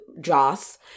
Joss